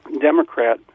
Democrat